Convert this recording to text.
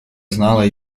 знала